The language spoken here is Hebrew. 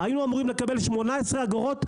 היינו אמורים לקבל 18 אגורות,